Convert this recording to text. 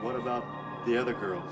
what about the other girl